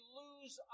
lose